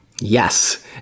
Yes